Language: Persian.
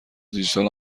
دیجیتال